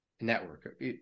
network